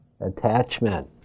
attachment